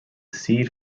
seed